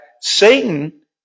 Satan